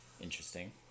Interesting